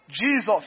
Jesus